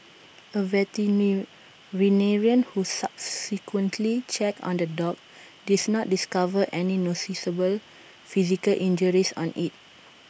A who subsequently checked on the dog diss not discover any noticeable physical injuries on IT